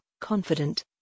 confident